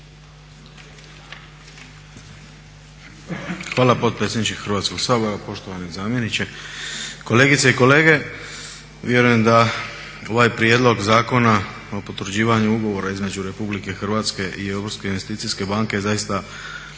Hvala potpredsjedniče Hrvatskoga sabora, poštovani zamjeniče. Kolegice i kolege vjerujem da ovaj Prijedlog zakona o Potvrđivanju ugovora između Republike Hrvatske i Europske investicijske banke zaista ne